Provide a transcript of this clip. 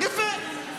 יפה.